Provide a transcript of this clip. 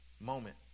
moment